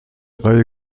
reihe